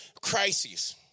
crises